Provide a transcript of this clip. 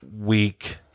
week